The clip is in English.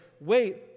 wait